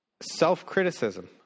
self-criticism